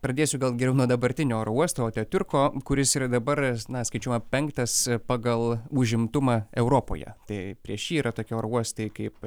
pradėsiu gal geriau nuo dabartinio oro uosto atatiurko kuris yra dabar na skaičiuojama penktas pagal užimtumą europoje tai prieš jį yra tokie oro uostai kaip